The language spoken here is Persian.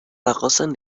رقاصن